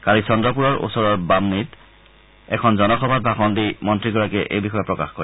কালি চন্দ্ৰপুৰৰ ওচৰৰ বাম্নীত কালি এখন জনসভাত ভাষণ দি মন্ত্ৰীগৰাকীয়ে এই বিষয়ে প্ৰকাশ কৰে